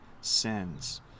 sins